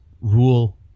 Rule